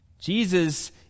Jesus